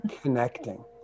connecting